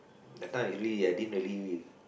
that time I usually I didn't really